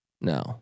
No